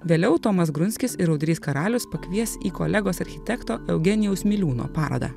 vėliau tomas grunskis ir audrys karalius pakvies į kolegos architekto eugenijaus miliūno parodą